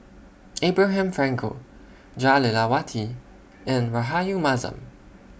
Abraham Frankel Jah Lelawati and Rahayu Mahzam